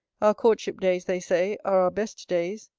our courtship-days, they say, are our best days.